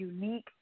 unique